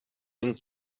and